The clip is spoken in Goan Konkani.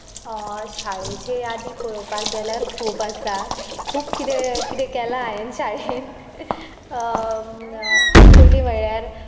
शाळेचे यादी पळोवपाक गेल्यार खूब आसा खूब कितें कितें केलां हांवें शाळेन पयलीं म्हणल्यार